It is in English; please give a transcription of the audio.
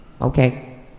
Okay